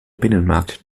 binnenmarkt